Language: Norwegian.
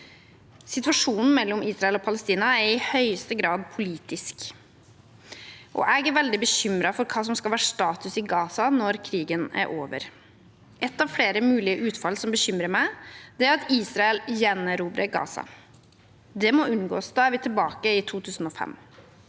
Situasjonen mellom Israel og Palestina er i høyeste grad politisk. Jeg er veldig bekymret for hva som skal være status i Gaza når krigen er over. Ett av flere mulige utfall som bekymrer meg, er at Israel gjenerobrer Gaza. Det må unngås. Da er vi tilbake i 2005.